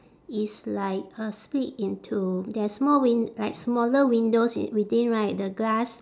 is like uh split into there are small win~ like smaller windows i~ within right the glass